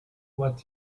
what